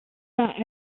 that